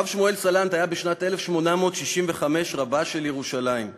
הרב שמואל סלנט היה בשנת 1865 רבה של ירושלים.